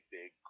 big